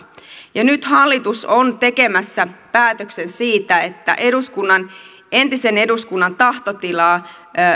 nyt hallitus on tekemässä päätöksen siitä että entisen eduskunnan tahtotilaa